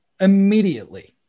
immediately